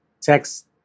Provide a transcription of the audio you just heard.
text